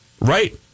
right